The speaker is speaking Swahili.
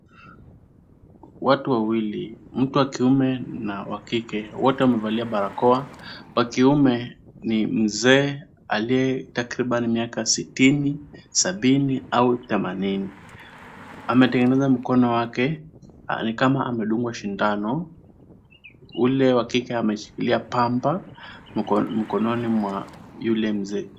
Watu wawili, mtu wa kiume na wa kike wote wamevalia barakoa, wa kiume ni mzee aliye takriban miaka sitini, sabini au themanini. Ametengeneza mkono wake ni kama amedungwa sindano, ule wa kike ameshikilia pamba mkononi mwa yule mzee.